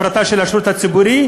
הפרטה של השירות הציבורי,